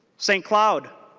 st. cloud